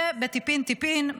וטיפין טיפין,